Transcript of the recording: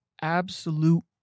absolute